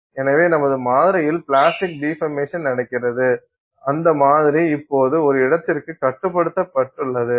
எனவே நமது மாதிரியில் பிளாஸ்டிக் டிபர்மேசன நடக்கிறது அந்த மாதிரி இப்போது ஒரு இடத்திற்கு கட்டுப்படுத்தப்பட்டுள்ளது